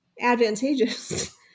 advantageous